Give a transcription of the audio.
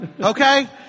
okay